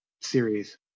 series